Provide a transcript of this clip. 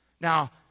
Now